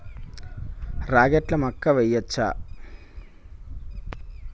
రాగట్ల మక్కా వెయ్యచ్చా?